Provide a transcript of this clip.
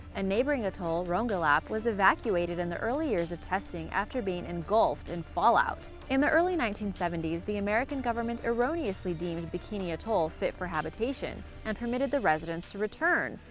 a neighboring atoll, rongelap, was evacuated in the early years of testing, after being engulfed in fallout. in the early nineteen seventy s, the american government erroneously deemed bikini atoll fit for habitation and permitted the residents to return.